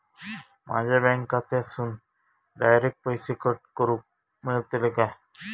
माझ्या बँक खात्यासून डायरेक्ट पैसे कट करूक मेलतले काय?